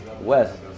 west